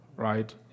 Right